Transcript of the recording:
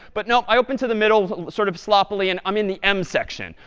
but, no i open to the middle sort of sloppily, and i'm in the m section.